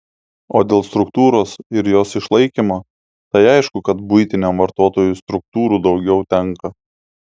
o dėl struktūros ir jos išlaikymo tai aišku kad buitiniam vartotojui struktūrų daugiau tenka